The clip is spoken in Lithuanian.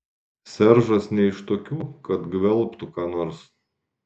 seržas ne iš tokių kad gvelbtų ką nors